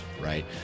right